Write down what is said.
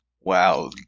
Wow